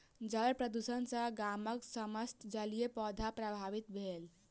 जल प्रदुषण सॅ गामक समस्त जलीय पौधा प्रभावित भेल